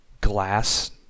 glass